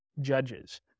judges